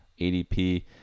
ADP